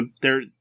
they're-